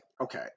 Okay